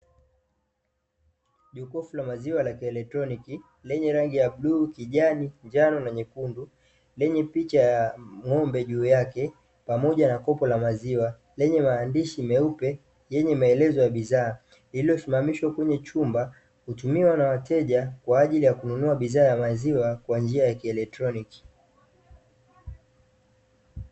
Jokofu la maziwa la kieletroniki lenye rangi ya bluu, kijani, njano na nyekundu lenye picha ya ng'ombe juu yake pamoja na kopo la maziwa lenye maandishi meupe yenye maelezo ya bidhaa, lililosimamishwa kwenye chumba hutumiwa na wateja kwa ajili ya kununua bidhaa ya maziwa kwa njia ya kieletroniki.